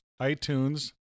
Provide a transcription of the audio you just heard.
iTunes